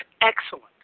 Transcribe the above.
excellent